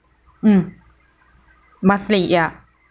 mm monthly ya